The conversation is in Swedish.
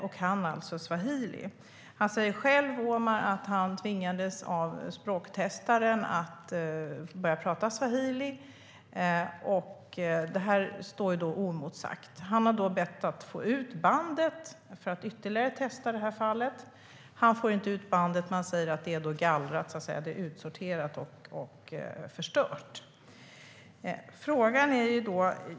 Omar säger själv att han tvingades av språktestaren att börja prata swahili, och det står oemotsagt. För att testa fallet ytterligare har han bett att få ut bandet. Men han får inte ut bandet; det sägs vara gallrat, det vill säga utsorterat och förstört.